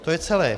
To je celé.